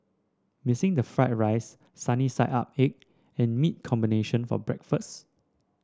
missing the fried rice sunny side up egg and meat combination for breakfast